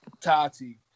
Tati